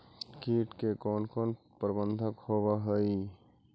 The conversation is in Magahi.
किट के कोन कोन प्रबंधक होब हइ?